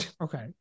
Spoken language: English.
Okay